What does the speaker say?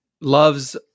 loves